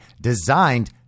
designed